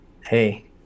Hey